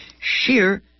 sheer